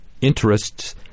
interests